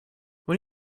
when